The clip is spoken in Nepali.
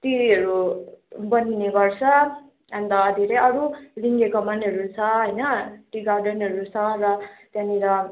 बनिने गर्छ अन्त धेरै अरू रिङ्गे कमानहरू छ होइन टी गार्डनहरू छ र त्यहाँनेर